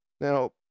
Now